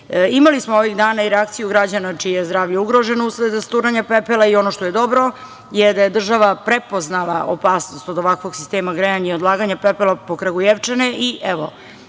smo ovih dana i reakciju građana čije je zdravlje ugroženo usled rasturanja pepela. Ono što je dobro je da je država prepoznala opasnost od ovakvog sistema grejanja i odlaganje pepela po Kragujevčane, i evo,